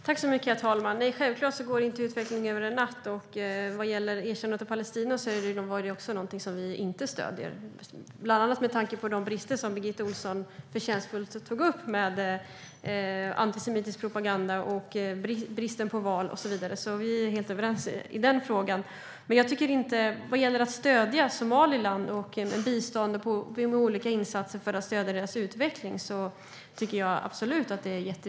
Herr talman! Nej, självklart går inte utvecklingen över en natt. Vad gäller erkännandet av Palestina är det någonting vi inte stöder, bland annat med tanke på de brister Birgitta Ohlsson förtjänstfullt tog upp. Det gäller bland annat antisemitisk propaganda, bristen på val och så vidare. Vi är alltså helt överens i den frågan. Jag tycker absolut att det är jätteviktigt att stödja Somaliland genom bistånd och olika insatser för att främja landets utveckling.